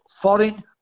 foreign